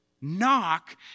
knock